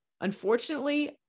Unfortunately